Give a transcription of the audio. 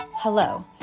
Hello